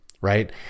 Right